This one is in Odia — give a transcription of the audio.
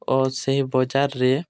ଓ ସେହି ବଜାରରେ